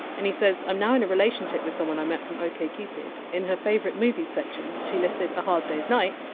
and he says, i'm now in a relationship with someone i met from ok cupid. in her favorite movie section, she listed a hard day's night,